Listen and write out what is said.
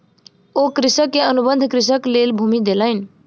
ओ कृषक के अनुबंध कृषिक लेल भूमि देलैन